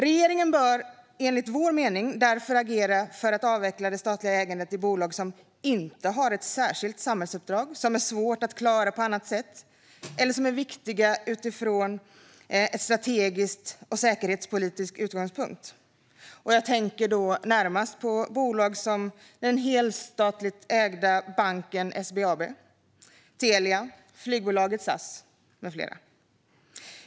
Regeringen bör enligt vår mening därför agera för att avveckla det statliga ägandet i bolag som inte har ett särskilt samhällsuppdrag som är svårt att klara på annat sätt eller är viktiga utifrån en strategisk och säkerhetspolitisk utgångspunkt. Jag tänker närmast på bolag som den helstatligt ägda banken SBAB, Telia och flygbolaget Statsrådet Annika Strandhäll .